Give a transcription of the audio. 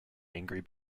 angry